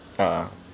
ah